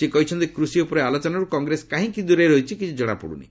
ସେ କହିଛନ୍ତି କୃଷି ଉପରେ ଆଲୋଚନାରୁ କଂଗ୍ରେସ କାହିଁକି ଦୂରେଇ ରହୁଛି କିଛି ଜଣାପଡ଼ ନାର୍ହି